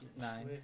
Nine